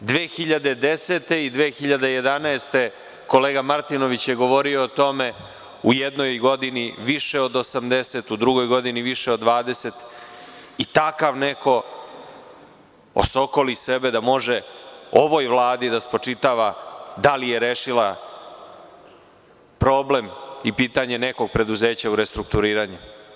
Godine2010. i 2011, kolega Martinović je govorio o tome, u jednoj godini više od 80, u drugoj godini više od 20 i takav neko osokoli sebe da može ovoj Vladi da spočitava da li je rešila problem i pitanje nekog preduzeća u restrukturiranju.